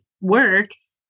works